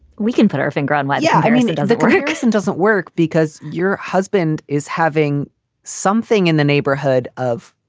we can put our finger on what yeah i mean. it doesn't work and doesn't work because your husband is having something in the neighborhood of.